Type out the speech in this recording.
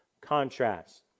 contrast